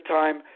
time